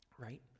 right